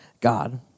God